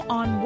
on